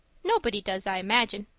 nobody does, i imagine.